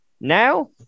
Now